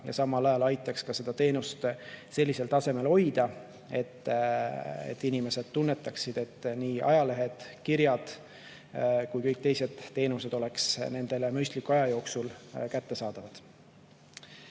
ja samal ajal aitaks hoida teenust sellisel tasemel, et inimesed tunnetaksid, et nii ajalehtede ja kirjade [kojukanne] kui ka kõik teised teenused oleksid nendele mõistliku aja jooksul kättesaadavad.